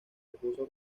recursos